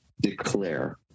declare